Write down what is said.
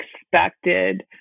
expected